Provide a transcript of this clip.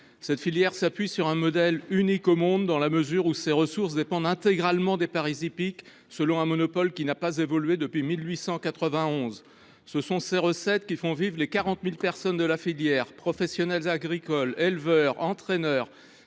Cette filière s’appuie sur un modèle unique au monde, ses ressources dépendant intégralement des paris hippiques, selon un monopole inchangé depuis 1891. Ces recettes font vivre les 40 000 personnes de la filière : professionnels agricoles, éleveurs, entraîneurs,